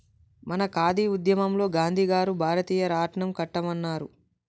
మన ఖాదీ ఉద్యమంలో గాంధీ గారు భారతీయ రాట్నం కట్టమన్నారు